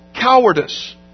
cowardice